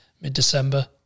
mid-December